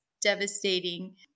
devastating